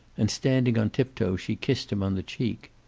and standing on tiptoe, she kissed him on the cheek.